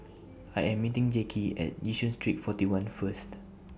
I Am meeting Jackie At Yishun Street forty one First